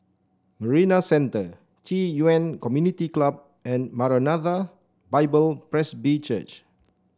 Marina Centre Ci Yuan Community Club and Maranatha Bible Presby Church